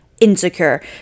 insecure